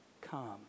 Come